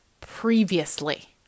previously